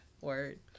Word